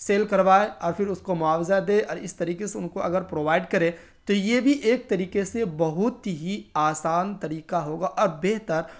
cell کروائے اور پھر اس کو معاوضہ دے اور اس طریقے سے ان کو اگر پرووائڈ کرے تو یہ بھی ایک طریقے سے بہت ہی آسان طریقہ ہوگا اور بہتر